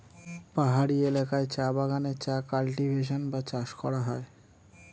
পাহাড়ি এলাকায় চা বাগানে চা কাল্টিভেশন বা চাষ করা হয়